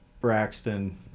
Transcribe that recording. Braxton